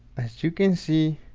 as you can see